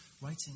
writing